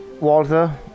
Walter